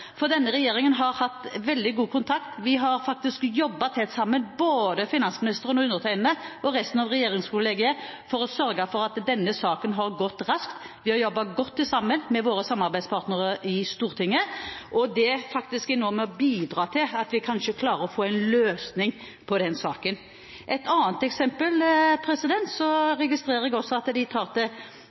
hatt veldig god kontakt – vi har jobbet tett sammen, både finansministeren, undertegnede og resten av regjeringskollegiet, for å sørge for at denne saken skulle gå raskt. Og vi har jobbet godt sammen med våre samarbeidspartnere i Stortinget. Det er nå med på å bidra til at vi kanskje klarer å få en løsning i denne saken. Et annet eksempel: Jeg registrerer at de i kraftfulle ordelag tidligere og ikke minst i innstillingen tar